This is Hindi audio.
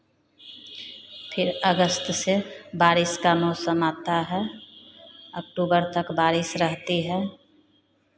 फिर अगस्त से बारिश का मौसम आता है अक्टूबर तक बारिश रहती है